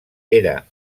era